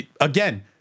again